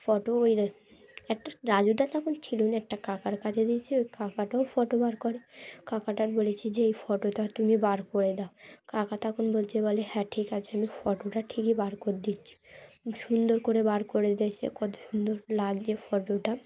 photo ওই একটা রাজুদা তখন ছিল না একটা কাকার কাছে দিয়েছেি ওই কাকাটাও ফটো বার করে কাকাটার বলেছি যে এই ফটোটা তুমি বার করে দাও কাকা তখন বলছে বলে হ্যাঁ ঠিক আছে আমি ফটোটা ঠিকই বার করে দিচ্ছি সুন্দর করে বার করে দিয়েছে কত সুন্দর লাগছে ফটোটা